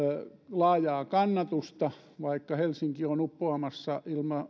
laajaa kannatusta vaikka helsinki on uppoamassa